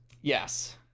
Yes